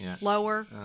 Lower